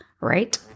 right